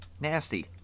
nasty